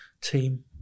team